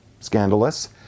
scandalous